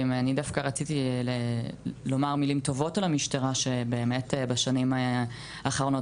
דווקא רציתי לומר מילים טובות על המשטרה שבאמת בשנים האחרונות